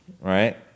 Right